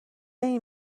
این